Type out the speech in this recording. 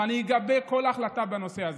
ואני אגבה כל החלטה בנושא הזה.